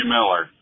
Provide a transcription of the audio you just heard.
Miller